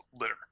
litter